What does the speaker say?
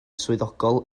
swyddogol